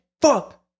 fuck